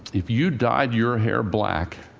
if you dyed your hair black,